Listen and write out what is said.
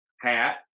hat